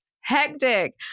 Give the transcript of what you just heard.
hectic